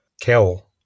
kill